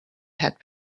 had